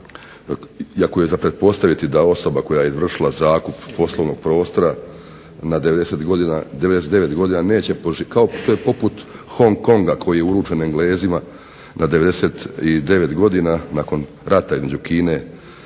iako je za pretpostaviti da osoba koja je izvršila zakup poslovnog prostora na 99 godina neće poživjeti, kao poput Hong Konga koji je uručen Englezima na 99 godina nakon rata između Kine